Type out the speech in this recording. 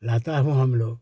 लाते हैं हम लोग